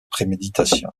préméditation